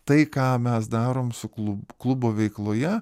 tai ką mes darom su klu klubo veikloje